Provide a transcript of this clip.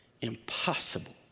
impossible